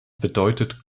bedeutet